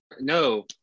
no